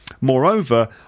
moreover